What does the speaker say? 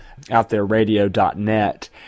OutThereRadio.net